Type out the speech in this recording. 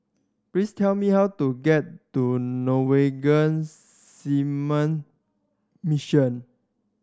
please tell me how to get to Norwegian Seamen Mission